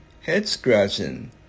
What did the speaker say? head-scratching